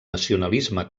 nacionalisme